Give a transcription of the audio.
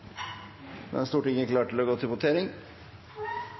Da er Stortinget klar til å gå til votering.